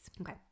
Okay